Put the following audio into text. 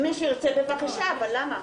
מי שירצה, בבקשה, אבל למה?